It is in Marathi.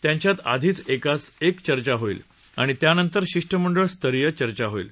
त्यांच्यात आधीच एकास एक चर्चा होईल आणि त्यानंतर शिष्टमंडळ स्तरीय चर्चा होईल